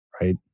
right